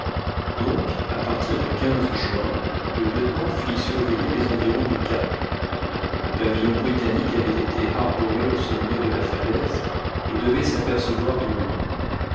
donc à partir du juin le lieutenant fit surveiller les environs du cap le pavillon britannique avait été arboré au sommet de la falaise et devait s'apercevoir de loin